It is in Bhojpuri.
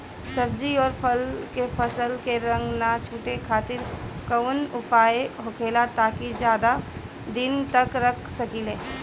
सब्जी और फल के फसल के रंग न छुटे खातिर काउन उपाय होखेला ताकि ज्यादा दिन तक रख सकिले?